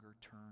turn